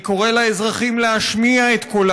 אני קורא לאזרחים להשמיע את קולם.